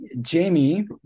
Jamie